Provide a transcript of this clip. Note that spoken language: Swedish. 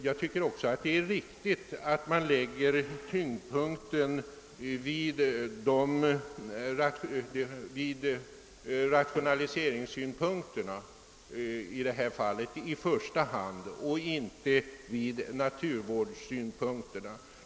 Jag tycker också att det är riktigt att man i det här fallet lägger tyngdpunkten i första hand vid rationaliseringssynpunkterna och inte vid naturvårdssynpunkterna.